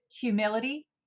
humility